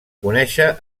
conèixer